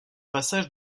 passage